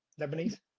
Lebanese